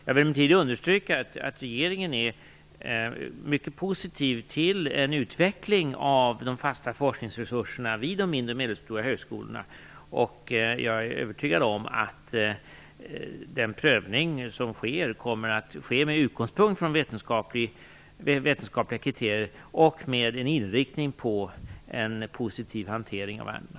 Jag vill emellertid understryka att regeringen är mycket positiv till en utveckling av de fasta forskningsresurserna vid de mindre och medelstora högskolorna, och jag är övertygad om att prövningen kommer att ske med utgångspunkt från vetenskapliga kriterier och med inriktning på en positiv hantering av ärendena.